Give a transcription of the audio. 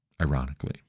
ironically